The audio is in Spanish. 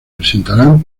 presentarán